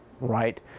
right